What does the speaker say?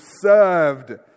served